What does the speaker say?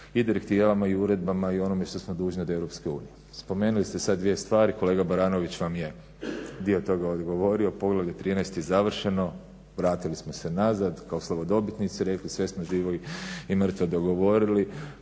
i direktivama i uredbama i onome što smo dužni od EU. Spomenuli ste sad dvije stvari, kolega Baranović vam je dio toga odgovorio, Poglavlje 13. je završeno, vratili smo se nazad kao slavodobitnici i rekli sve smo živo i mrtvo dogovorili.